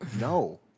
No